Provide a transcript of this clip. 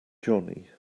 johnny